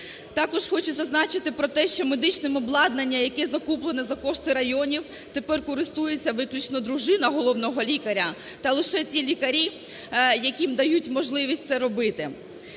Також хочу зазначити про те, що медичним обладнанням, яке закуплене за кошти районів, тепер користується виключно дружина головного лікаря та лише ті лікарі, яким дають можливість це робити.